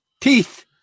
Teeth